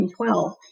2012